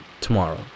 tomorrow